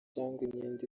imyenda